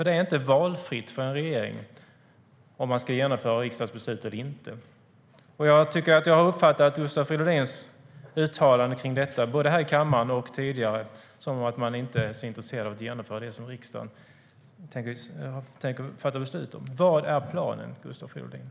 Det är inte valfritt för en regering att genomföra riksdagsbeslut eller inte. Vad är planen, Gustav Fridolin?